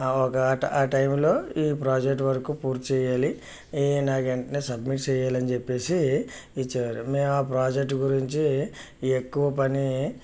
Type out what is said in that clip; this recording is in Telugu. ఆ టైంలో ఈ ప్రాజెక్టు వర్క్ పూర్తి చేయాలి ఏ ఏ నాకు వెంటనే సబ్మిట్ చేయాలని చెప్పేసి ఇచ్చారు మేం ఆ ప్రాజెక్టు గురించి ఎక్కువ పని